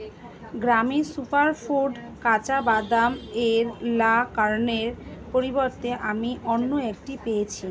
গ্রামি সুপারফুড কাঁচা বাদাম এর লা কার্নের পরিবর্তে আমি অন্য একটি পেয়েছি